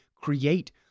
create